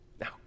Now